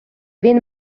він